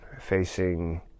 facing